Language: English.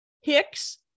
Hicks